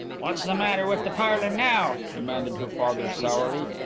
what's the matter with the parlour now? demanded her father sourly.